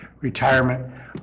retirement